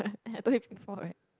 I have told you before right